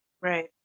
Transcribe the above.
right